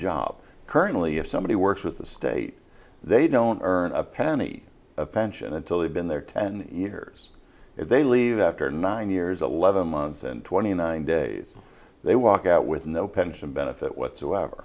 job currently if somebody works with the state they don't earn a penny a pension until they've been there ten years if they leave after nine years eleven months and twenty nine days they walk out with no pension benefit whatsoever